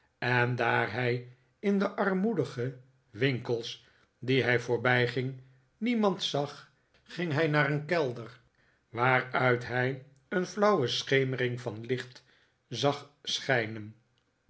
en daar hij in de armoedige winkels die hij voorbijging niemand zag ging hij naar een kelder waaruit hij een flauwe schemering van licht zag schijnen